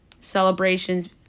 celebrations